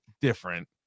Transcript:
different